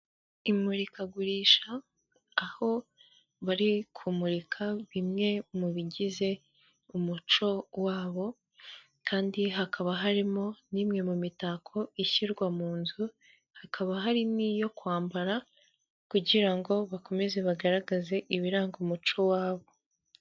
Imurikagurisha aho bari kumurika bimwe mu bigize umuco wabo kandi hakaba harimo n'imwe mu mitako ishyirwa mu nzu hakaba hari n'iyo kwambara kugira ngo bakomeze bagaragaze ibiranga umuco wabo.